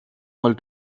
mal